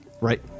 right